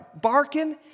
barking